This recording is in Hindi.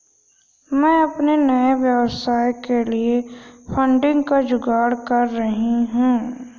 मैं अपने नए व्यवसाय के लिए फंडिंग का जुगाड़ कर रही हूं